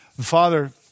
Father